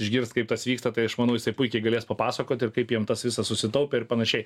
išgirs kaip tas vyksta tai aš manau jisai puikiai galės papasakot ir kaip jiem tas visas susitaupė ir panašiai